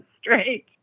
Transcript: straight